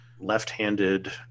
left-handed